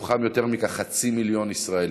מתוכם יותר מכחצי מיליון ישראלים.